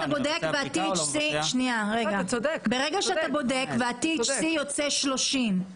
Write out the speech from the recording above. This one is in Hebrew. ברגע שאתה בודק וה-THC יוצא 30,